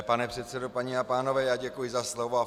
Pane předsedo, paní a pánové, děkuji za slovo.